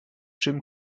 jim